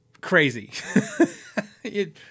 crazy